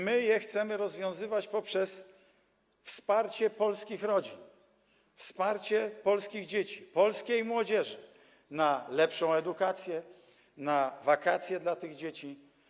My chcemy je rozwiązywać poprzez wsparcie polskich rodzin, wsparcie polskich dzieci, polskiej młodzieży, środki na lepszą edukację, na wakacje dla tych dzieci.